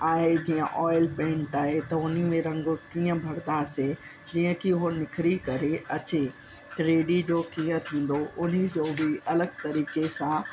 आहे जीअं oil paint आहे त हुन में रंग कीअं भरंदासीं जीअं कि उहो निखरी करे अचे थ्री डी जो कीअं थींदो हुनजो बि अलॻि तरीक़े सां